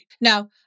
Now